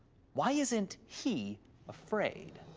why isn't he afraid?